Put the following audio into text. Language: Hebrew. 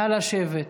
נא לשבת.